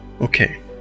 Okay